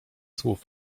słów